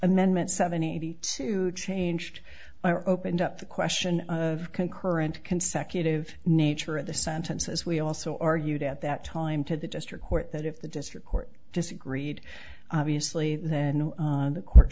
amendment seventy eighty two changed or opened up the question of concurrent consecutive nature of the sentence as we also argued at that time to the district court that if the district court disagreed obviously then the cour